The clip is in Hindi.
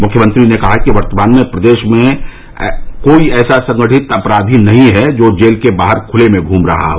मुख्यमंत्री ने कहा कि वर्तमान में प्रदेश में कोई ऐसा संगठित अपराधी नहीं है जो जेल के बाहर खुले में घूम रहा हो